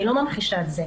אני לא מרגישה את זה.